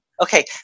okay